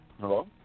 Hello